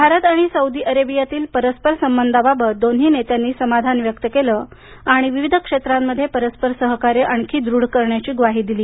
भारत आणि सौदी अरेबियातील परस्पर संबंधाबाबत दोन्ही नेत्यांनी समाधान व्यक्त केलं आणि विविध क्षेत्राम्मध्ये परस्पर सहकार्य दृढ करण्याची ग्वाही दिली